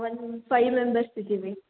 ಒಂದು five members ಇದ್ದೇವೆ